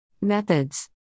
Methods